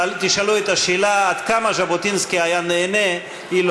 תשאלו את השאלה עד כמה ז'בוטינסקי היה נהנה אילו